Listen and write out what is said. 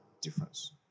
difference